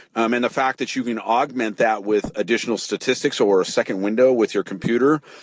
um and the fact that you can augment that with additional statistics or a second window with your computer,